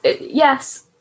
yes